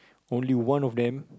only one of them